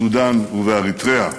בסודאן ובאריתריאה,